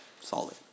Solid